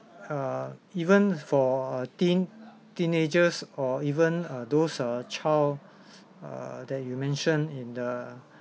err even for a teen teenagers or even(uh) those uh child uh that you mentioned in the